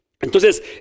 Entonces